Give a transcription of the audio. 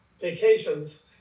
vacations